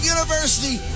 University